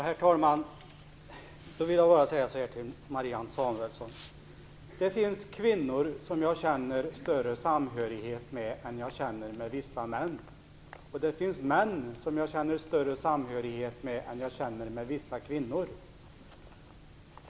Herr talman! Då vill jag till Marianne Samuelsson bara säga: Det finns kvinnor som jag känner större samhörighet med än jag känner med vissa män. Och det finns män som jag känner mer samhörighet med än jag känner med vissa kvinnor.